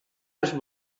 als